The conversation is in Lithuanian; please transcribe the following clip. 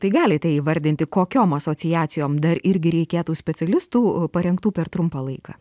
tai galite įvardinti kokiom asociacijom dar irgi reikėtų specialistų parengtų per trumpą laiką